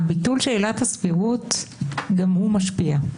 הביטול של עילת הסבירות גם הוא משפיע.